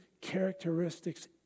characteristics